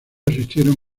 asistieron